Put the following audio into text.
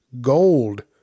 gold